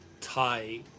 Thai